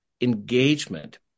engagement